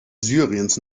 syriens